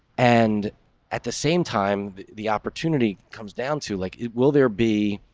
and at the same time the opportunity comes down to like it. will there be?